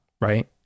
right